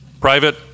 Private